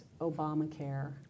Obamacare